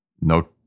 no